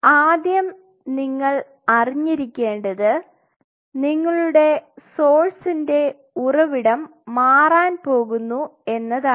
ആദ്യം നിങ്ങൾ അറിഞ്ഞിരിക്കേണ്ടത് നിങ്ങളുടെ സോഴ്സ്ന്റെ ഉറവിടം മാറാൻ പോകുന്നു എന്നതാണ്